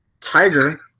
Tiger